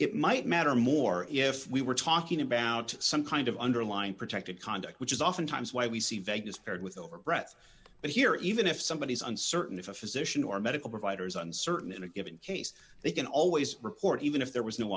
it might matter more if we were talking about some kind of underlying protected conduct which is oftentimes why we see vagueness paired with over brett's but here even if somebody is uncertain if a physician or medical providers uncertain in a given case they can always report even if there was no